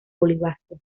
oliváceo